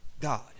God